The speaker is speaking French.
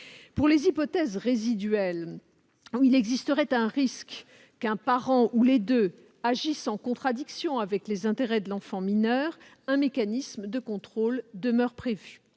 Pour les hypothèses résiduelles où il existerait un risque que l'un des parents ou les deux agissent en contradiction avec les intérêts de l'enfant mineur, un mécanisme de contrôle demeure prévu.